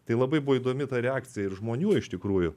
tai labai buvo įdomi ta reakcija ir žmonių iš tikrųjų